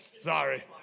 Sorry